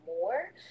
more